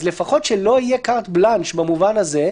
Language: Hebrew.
אז לפחות שלא יהיה carte blanche במובן הזה,